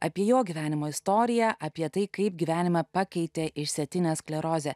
apie jo gyvenimo istoriją apie tai kaip gyvenimą pakeitė išsėtine skleroze